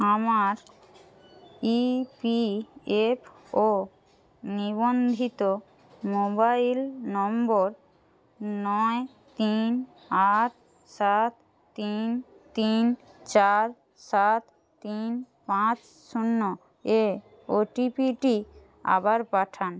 আমার E P F O নিবন্ধিত mobile number নয় তিন আট সাত তিন তিন চার সাত তিন পাঁচ শূন্য এ ও টি পিটি আবার পাঠান